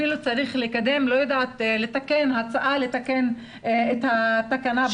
אפילו צריך לקדם ולהגיש הצעה לתקן את החוק.